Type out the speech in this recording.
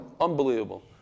unbelievable